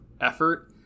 effort